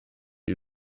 you